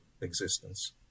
existence